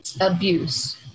abuse